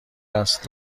است